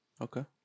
Okay